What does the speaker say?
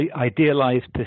idealized